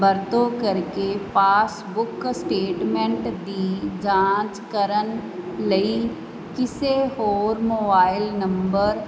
ਵਰਤੋਂ ਕਰਕੇ passbook statement ਦੀ ਜਾਂਚ ਕਰਨ ਲਈ ਕਿਸੇ ਹੋਰ ਮੋਬਾਈਲ ਨੰਬਰ